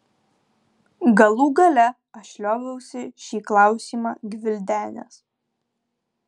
galų gale aš lioviausi šį klausimą gvildenęs